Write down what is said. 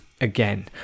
Again